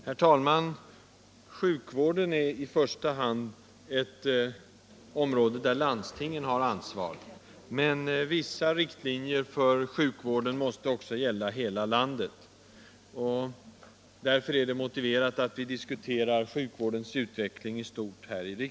Herr talman! Sjukvården är ett område som i första hand landstingen har ansvar för. Men vissa riktlinjer för sjukvården måste också gälla hela landet. Därför är det motiverat att riksdagen diskuterar sjukvårdens utveckling i stort.